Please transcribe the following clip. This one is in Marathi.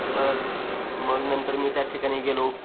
परत मग नंतर मी त्या ठिकाणी गेलो